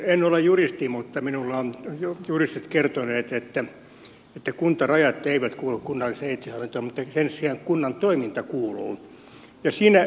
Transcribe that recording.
en ole juristi mutta minulle ovat juristit kertoneet että kuntarajat eivät kuulu kunnalliseen itsehallintoon mutta sen sijaan kunnan toiminta kuuluu